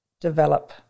develop